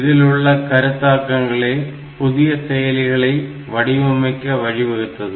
இதிலுள்ள கருத்தாக்கங்களே புதிய செயலிகளை வடிவமைக்க வழிவகுத்தது